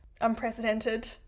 unprecedented